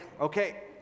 okay